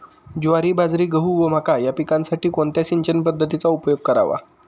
ज्वारी, बाजरी, गहू व मका या पिकांसाठी कोणत्या सिंचन पद्धतीचा उपयोग करावा?